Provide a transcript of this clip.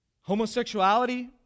Homosexuality